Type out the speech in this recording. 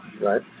Right